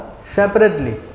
separately